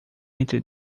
entre